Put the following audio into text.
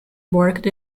worked